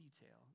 detail